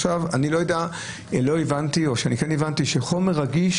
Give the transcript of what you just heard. עכשיו, אני לא יודע ולא הבנתי שיש מקום רגיש